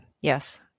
yes